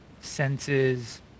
senses